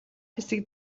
хэсэг